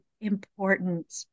important